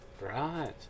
Right